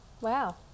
Wow